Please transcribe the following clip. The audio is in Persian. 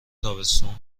تابستون